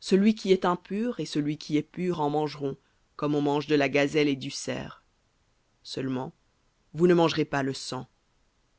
celui qui est impur et celui qui est pur en mangeront comme de la gazelle et du cerf seulement vous ne mangerez pas le sang